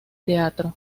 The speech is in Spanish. teatro